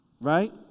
right